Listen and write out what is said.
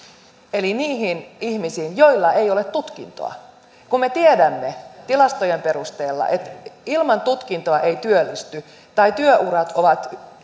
eli niihin ihmisiin joilla ei ole tutkintoa kun me tiedämme tilastojen perusteella että ilman tutkintoa ei työllisty tai työurat ovat